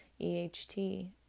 EHT